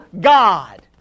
God